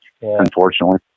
unfortunately